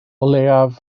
leiaf